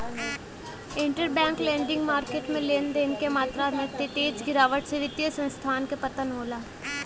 interbank lending market में लेन देन क मात्रा में तेज गिरावट से वित्तीय संस्थान क पतन होला